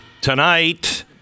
tonight